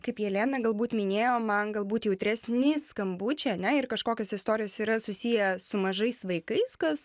kaip jelena galbūt minėjo man galbūt jautresnį skambučiai ane ir kažkokios istorijos yra susiję su mažais vaikais kas